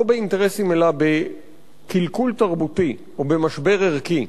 באינטרסים אלא בקלקול תרבותי או במשבר ערכי.